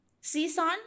Season